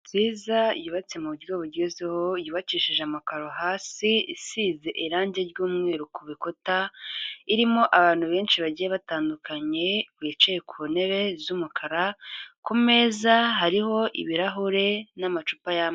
Inzu nziza yubatse mu buryo bugezweho, yubakishije amakaro, hasi isize irangi ry'umweru ku bikuta, irimo abantu benshi bagiye batandukanye bicaye ku ntebe z'umukara, ku meza hariho ibirahure n'amacupa y'amazi.